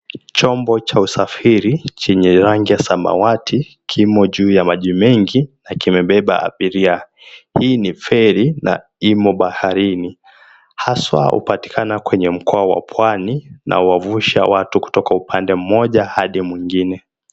Chombo cha usafiri chenye rangi ya samawati kimo juu ya maji mengi na kimebeba abiria, hii ni feri na imo baharini haswa hupatiikana kwenye mkoa wa pwani na huwavusha watu kutoka upande mmoja hadi mwingine.